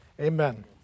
amen